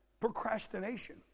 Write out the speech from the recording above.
Procrastination